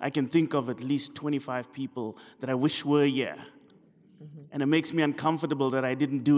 i can think of at least twenty five people that i wish were a year and it makes me uncomfortable that i didn't do